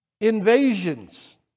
Invasions